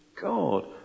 God